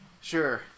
Sure